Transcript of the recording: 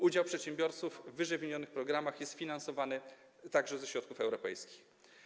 Udział przedsiębiorców w ww. programach jest finansowany także ze środków europejskich.